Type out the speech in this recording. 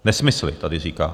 Nesmysly tady říká.